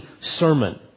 sermon